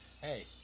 hey